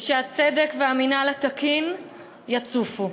ושהצדק והמינהל התקין יצופו.